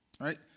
right